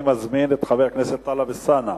אני מזמין את חבר הכנסת טלב אלסאנע,